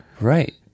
right